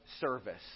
service